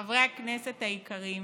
חברי הכנסת היקרים,